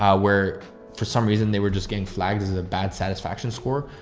ah where for some reason they were just getting flagged as a bad satisfaction score,